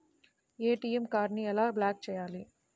ATM కార్డుని ఎలా block చేయాలి?